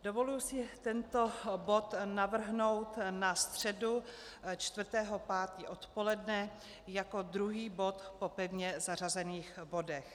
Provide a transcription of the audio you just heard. Dovoluji si tento bod navrhnout na středu 4. 5. odpoledne jako druhý bod po pevně zařazených bodech.